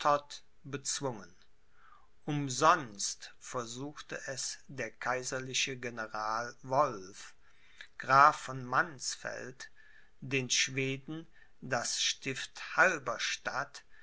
bezwungen umsonst versuchte es der kaiserliche general wolf graf von mannsfeld den schweden das